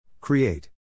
Create